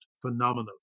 phenomenal